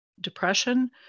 depression